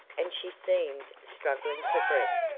and she seemed struggling for breath.